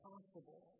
possible